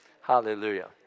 Hallelujah